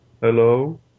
Hello